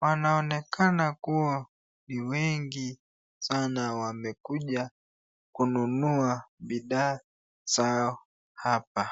wanaonekana kuwa ni wengi sana wamekuja kununua bidhaa zao hapa.